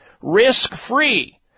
risk-free